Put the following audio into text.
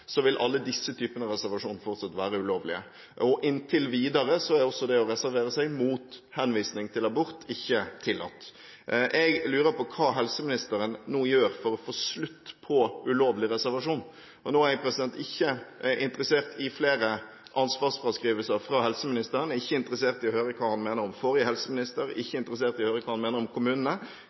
vil alle disse typene reservasjon fortsatt være ulovlige. Inntil videre er også det å reservere seg mot henvisning til abort ikke tillatt. Jeg lurer på hva helseministeren nå gjør for å få slutt på ulovlig reservasjon. Nå er jeg ikke interessert i flere ansvarsfraskrivelser fra helseministeren. Jeg er ikke interessert i å høre hva han mener om forrige helseminister. Jeg er ikke interessert i å høre hva han mener om kommunene.